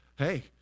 hey